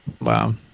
Wow